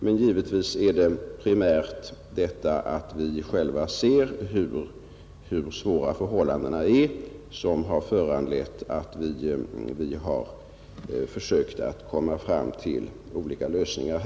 Men att vi själva sett hur svåra förhållandena är har naturligtvis i hög grad varit det som föranlett oss att försöka komma fram till olika lösningar.